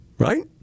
Right